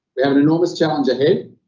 we have an enormous challenge ahead,